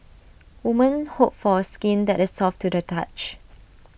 women hope for skin that is soft to the touch